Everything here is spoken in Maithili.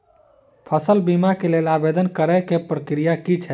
फसल बीमा केँ लेल आवेदन करै केँ प्रक्रिया की छै?